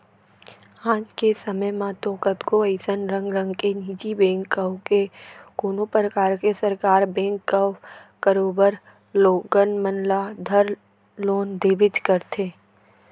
आज के समे म तो कतको अइसन रंग रंग के निजी बेंक कव के कोनों परकार के सरकार बेंक कव करोबर लोगन मन ल धर लोन देबेच करथे